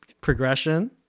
progression